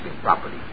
properly